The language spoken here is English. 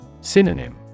Synonym